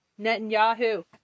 Netanyahu